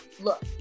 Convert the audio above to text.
look